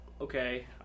okay